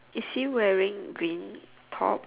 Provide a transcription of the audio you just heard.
is he wearing green top